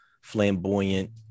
flamboyant